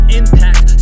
impact